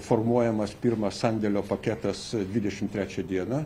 formuojamas pirmas sandėlio paketas dvidešimt trečią dieną